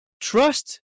trust